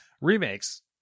Remakes